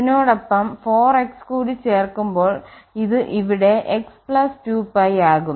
ഇതിനോടൊപ്പം 4x കൂടി കൂട്ടിച്ചേർക്കുമ്പോൾ ഇത് ഇവിടെ x 2π ആകും